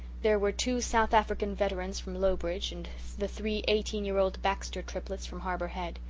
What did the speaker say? there were two south african veterans from lowbridge, and the three eighteen-year-old baxter triplets from harbour head.